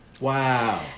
Wow